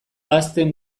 ahazten